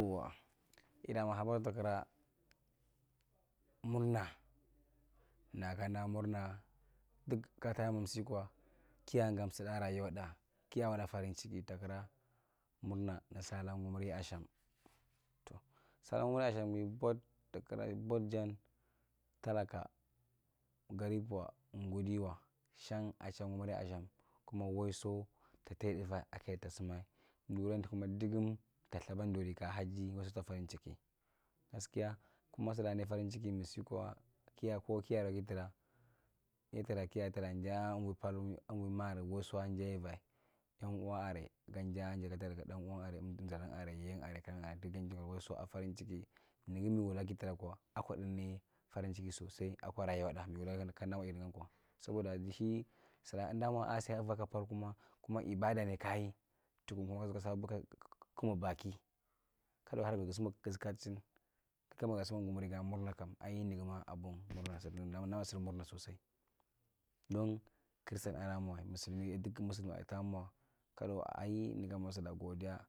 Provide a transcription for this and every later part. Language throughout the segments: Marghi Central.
Yau wa ita mwa habar takiraa murna nakandaa murnaa duk katime ze kwa kiya gam suda akwa raguda kiya ra farin chiki takira murna nir sala gumiri asham, tow sala gumiri ashangi both kakira bod jan talaka garipuwa gudiwa shang ashan gumiri ashan kuma waiso ta tatdufa a keya ta sumay duran kuma dugum to lthaba duri ka hasi waiso tuka farinchiki gaskia kuma siraa nai farin chiki misi kwa kiya ko ki aray ki tra dayi ita tra ki trajaa kwa evwi pathu unvwi maakir waiso anjaivae yang uwa aray ganjaajida dargi dang uwang aray emdu dar aray yiyang aray ka konjadar waiso a farinchiki nigi mi wula kitra kwa akwadda nae farin chiki sosai akwa rayuwatda mi wula kandaamwa iri nigan kwa saboda nigi sira kaanda mwa a sia va ka paathuma kuma ibada ne kaayi to kama gusumwa gumi gaa maurna kamai ngima abun murna nauna musa sosai dong kirsan adamwae muslimi duk muslim aray taa mwa kadau ai nigaama surlaa mwa godia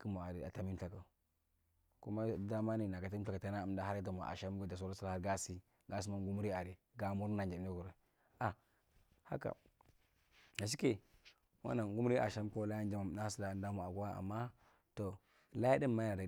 akwa taambi lthakwu kuma dama ne na ka taambi lthakwu taa niga har gumwa asham kigtu saura sulaka aray gaa si kigta mwa gumuri aray gaa murna nigi kur haka da shikae wannang gumira asham ko laya jamwa tnaa ga murna ama tau layan yanada.